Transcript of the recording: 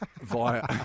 via